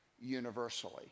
universally